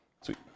Sweet